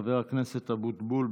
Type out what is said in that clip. חבר הכנסת אבוטבול,